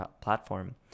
platform